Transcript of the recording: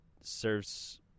serves